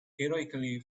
heroically